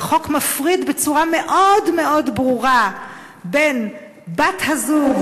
והחוק מפריד בצורה מאוד ברורה בין בת-הזוג,